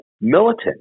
militant